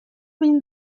been